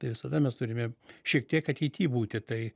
tai visada mes turime šiek tiek ateity būti tai